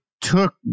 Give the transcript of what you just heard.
took